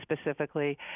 specifically